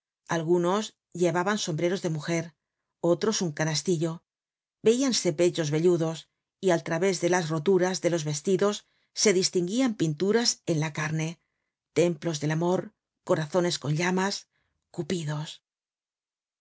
algunos llevaban sombreros de mujer otros un canastillo veíanse pechos velludos y al través de las roturas de los vestidos se distinguian pinturas en la carne templos del amor corazones con llamas cupidos